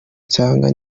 nsanga